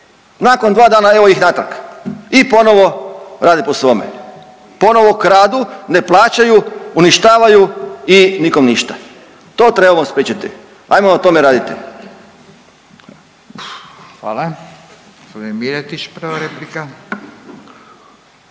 Nakon dva dana evo ih natrag i ponovo rade po svome, ponovo kradu, ne plaćaju, uništavaju i nikom ništa. To trebamo spriječiti, ajmo na tome raditi.